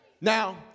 now